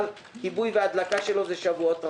ואילו כיבוי והדלקה שלו זה שבועות רבים.